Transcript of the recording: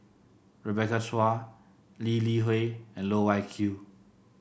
Rebecca Chua Lee Li Hui and Loh Wai Kiew